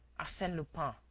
arsene lupin.